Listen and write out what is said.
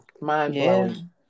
mind-blowing